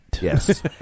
Yes